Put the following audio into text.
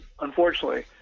unfortunately